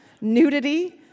nudity